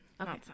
Okay